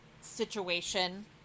situation